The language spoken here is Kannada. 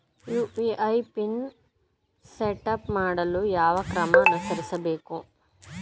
ಯು.ಪಿ.ಐ ಪಿನ್ ಸೆಟಪ್ ಮಾಡಲು ಯಾವ ಕ್ರಮ ಅನುಸರಿಸಬೇಕು?